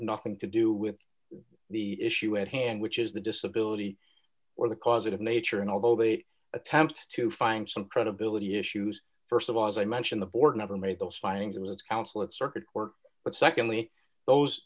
nothing to do with the issue at hand which is the disability or the causative nature and although they attempt to find some credibility issues st of all as i mentioned the board never made those findings it was counsel at circuit court but secondly those